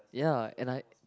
ya and I